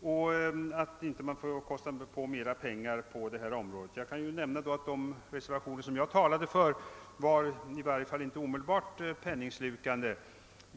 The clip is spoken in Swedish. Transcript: varför man inte borde lägga ut mera pengar på detta område. De reservationer som jag talade för är i varje fall inte omedelbart penningslukande.